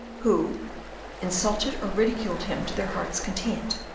who insulted or ridiculed him to their hearts' content,